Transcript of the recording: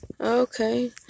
okay